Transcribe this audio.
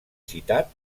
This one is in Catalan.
citat